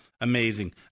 Amazing